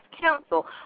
counsel